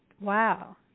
wow